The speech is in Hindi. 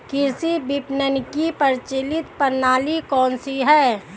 कृषि विपणन की प्रचलित प्रणाली कौन सी है?